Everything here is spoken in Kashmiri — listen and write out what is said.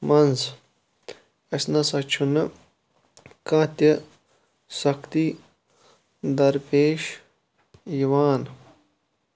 منٛز اَسہِ نَسا چھُنہٕ کانٛہہ تہِ سختی درپیش یِوان